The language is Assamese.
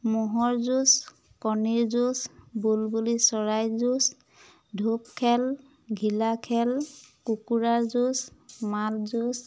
ম'হৰ যুঁজ কণীৰ যুঁজ বুলবুলি চৰাই যুঁজ ধূপ খেল ঘিলা খেল কুকুুৰাৰ যুঁজ মাত যুঁজ